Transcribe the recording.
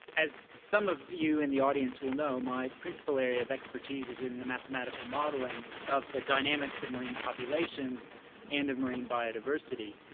as some of you in the audience will know my principle area of expertise is in the mathematical modelling of the dynamics of marine populations and of marine biodiversity.